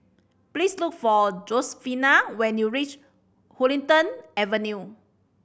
please look for Josefina when you reach Huddington Avenue